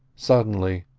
suddenly,